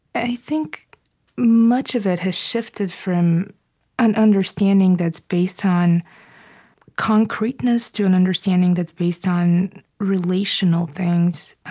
i think much of it has shifted from an understanding that's based on concreteness to an understanding that's based on relational things,